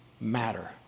matter